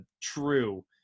true